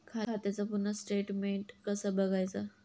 खात्याचा पूर्ण स्टेटमेट कसा बगायचा?